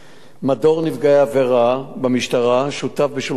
מדור נפגעי עבירה במשטרה שותף ב"שולחן עגול"